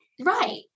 Right